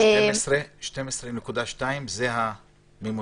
12.2% זה הממוצע?